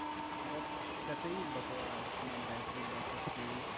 مطلب قطعی بکواس نہ بیٹری بیک اپ سہی